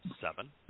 Seven